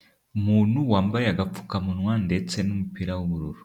Umuntu wambaye agapfukamunwa ndetse n'umupira w'ubururu.